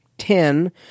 Ten